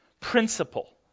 principle